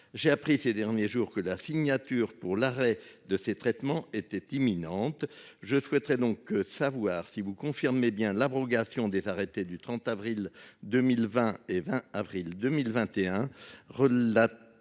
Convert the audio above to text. J'ai appris ces derniers jours que la signature pour l'arrêt de ses traitements était imminente. Je souhaiterais donc savoir si vous confirmez bien l'abrogation des arrêtés du 30 avril 2020 et 20 avril 2021.